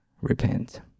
repent